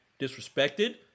disrespected